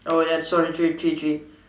orh ya sorry it's your three three three